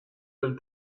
del